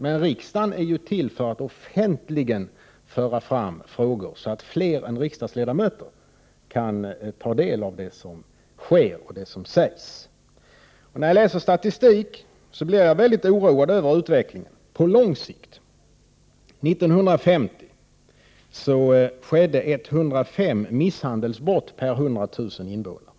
Men riksdagen är ju till för att offentligen föra fram frågor så att fler än riksdagsledamöter kan ta del av det som sker och det som sägs. Och när jag läser statistik så blir jag väldigt oroad över utvecklingen på lång sikt. 1950 skedde 105 misshandelsbrott per 100 000 invånare.